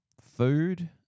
food